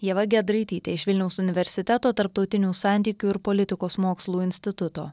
ieva giedraitytė iš vilniaus universiteto tarptautinių santykių ir politikos mokslų instituto